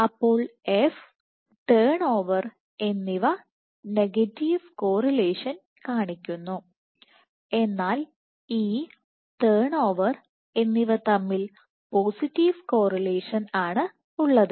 അപ്പോൾ F turnover എന്നിവ negative correlation കാണിക്കുന്നു എന്നാൽ E ടേൺ ഓവർ എന്നിവ തമ്മിൽ പോസിറ്റീവ് കോറിലേഷൻ ആണ് ഉള്ളത്